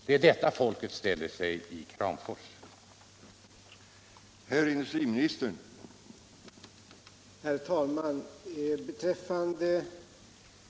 Det är denna fråga folket i Kramfors ställer sig.